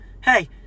Hey